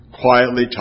quietly